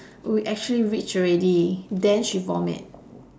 we actually reach already then she vomit